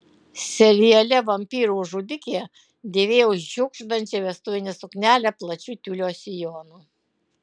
seriale vampyrų žudikė dėvėjau šiugždančią vestuvinę suknelę plačiu tiulio sijonu